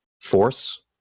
force